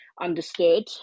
understood